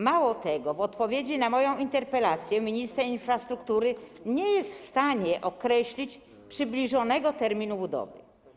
Mało tego - w odpowiedzi na moją interpelację minister infrastruktury nie jest w stanie określić przybliżonego terminu budowy.